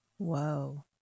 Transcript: Whoa